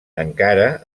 encara